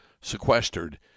sequestered